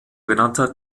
genannter